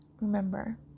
remember